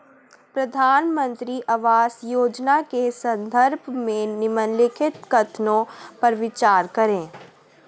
प्रधानमंत्री आवास योजना के संदर्भ में निम्नलिखित कथनों पर विचार करें?